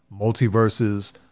multiverses